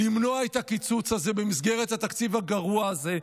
למנוע את הקיצוץ הזה במסגרת התקציב הגרוע הזה.